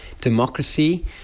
Democracy